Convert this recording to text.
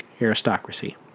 aristocracy